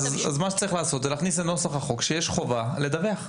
מה שצריך לעשות זה להכניס לנוסח החוק שיש חובה לדווח,